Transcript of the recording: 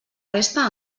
resta